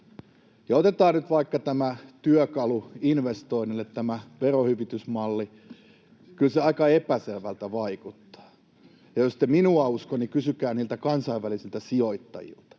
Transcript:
otetaan nyt vaikka tämä työkalu investoinneille, tämä verohyvitysmalli: kyllä se aika epäselvältä vaikuttaa. Jos ette minua usko, niin kysykää kansainvälisiltä sijoittajilta.